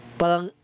parang